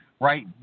right